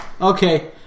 Okay